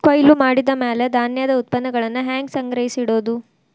ಕೊಯ್ಲು ಮಾಡಿದ ಮ್ಯಾಲೆ ಧಾನ್ಯದ ಉತ್ಪನ್ನಗಳನ್ನ ಹ್ಯಾಂಗ್ ಸಂಗ್ರಹಿಸಿಡೋದು?